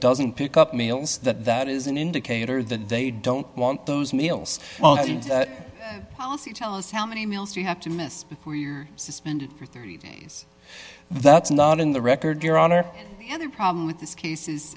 doesn't pick up meals that that is an indicator that they don't want those meals tell us how many meals do you have to miss before you're suspended for thirty days that's not in the record your honor and the problem with this case is